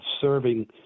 serving